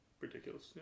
ridiculous